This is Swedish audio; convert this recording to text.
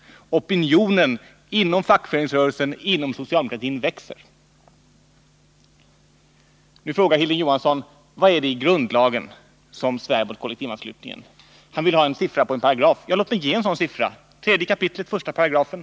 Opinionen inom fackföreningsrörelsen och inom socialdemokratin växer. Nu frågar Hilding Johansson: Vad är det i grundlagen som svär mot kollektivanslutningen? Han vill ha en siffra på en paragraf. Låt mig då ge en sådan siffra: 3 kap. 1 §.